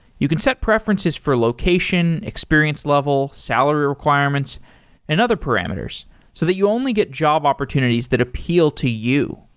you can set preferences for location, experience level, salary requirements and other parameters so that you only get job opportunities that appeal to you.